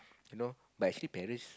you know but actually parents